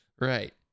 Right